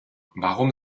warum